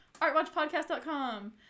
ArtWatchPodcast.com